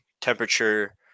temperature